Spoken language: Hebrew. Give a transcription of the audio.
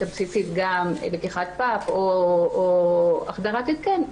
הבסיסית גם לקיחת פאפ או החדרת התקן,